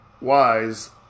wise